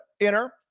enter